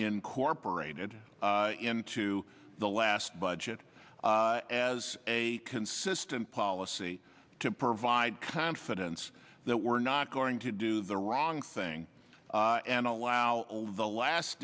incorporated into the last budget as a consistent policy to provide confidence that we're not going to do the wrong thing and allow the last